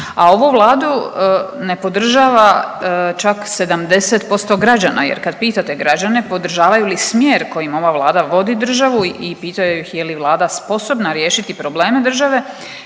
A ovu Vladu ne podržava čak 70% građana, jer kad pitate građane podržavaju li smjer kojim ova Vlada vodi državu i pitaju ih je li Vlada sposobna riješiti probleme države